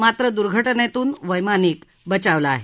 मात्र दुर्घटनेतून वैमानिक बचावला आहे